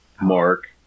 Mark